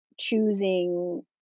choosing